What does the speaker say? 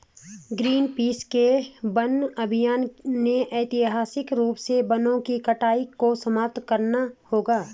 Greenpeace के वन अभियान ने ऐतिहासिक रूप से वनों की कटाई को समाप्त करना होगा